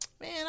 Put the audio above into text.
man